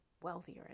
wealthier